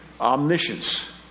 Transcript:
Omniscience